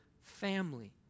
family